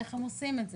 איך עושים את זה.